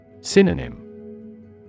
Synonym